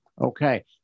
Okay